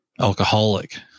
alcoholic